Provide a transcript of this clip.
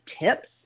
tips